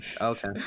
Okay